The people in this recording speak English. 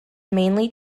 mainly